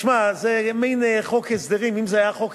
תשמע, זה מין חוק הסדרים.